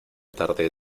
tarde